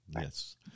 Yes